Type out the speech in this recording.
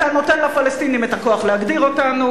אתה נותן לפלסטינים את הכוח להגדיר אותנו